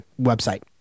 website